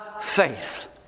faith